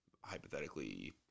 hypothetically